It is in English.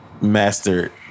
mastered